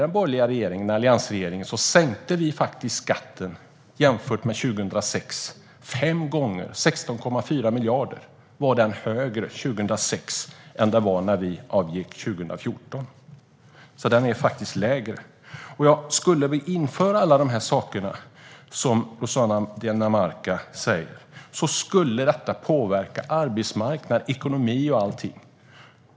Den borgerliga alliansregeringen sänkte faktiskt skatten fem gånger. Skatten var 16,4 miljarder högre 2006 än den var när vi avgick 2014, så den är faktiskt lägre. Om vi skulle införa allt det som Rossana Dinamarca säger skulle det påverka arbetsmarknad, ekonomi och annat.